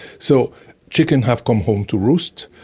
so chickens have come home to roost.